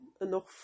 enough